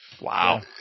Wow